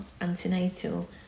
antenatal